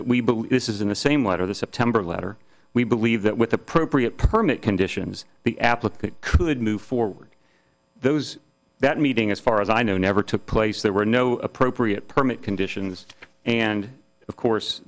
believe this is in the same letter of the september letter we believe that with appropriate permit conditions the applicant could move forward those that meeting as far as i know never took place there were no appropriate permit conditions and of course